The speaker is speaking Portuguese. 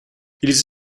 eles